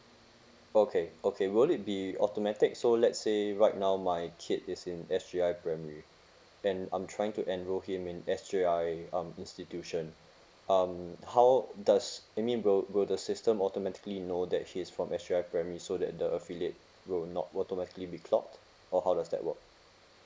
okay okay will it be automatic so let's say right now my kid is in S_J_I primary and I'm trying to enroll him in S_J_I um institution um how does I mean will will the system automatically know that he is from S_J_I primary so that the affiliate will not will automatically be clocked or how does that work